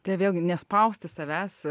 tai vėlgi nespausti savęs